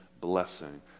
blessing